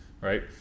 right